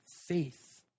faith